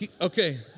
okay